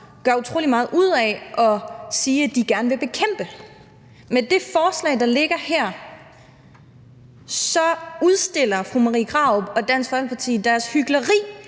gør utrolig meget ud af at sige de gerne vil bekæmpe. Med det forslag, der ligger her, udstiller fru Marie Krarup og Dansk Folkeparti deres hykleri